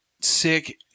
sick